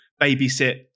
babysit